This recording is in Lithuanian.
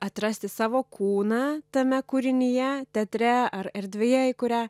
atrasti savo kūną tame kūrinyje teatre ar erdvėje į kurią